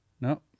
No